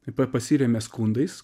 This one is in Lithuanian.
taip pat pasirėmė skundais